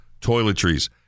toiletries